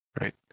right